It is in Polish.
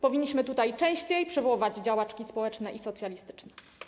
Powinniśmy tutaj częściej przywoływać działaczki społeczne i socjalistyczne.